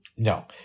No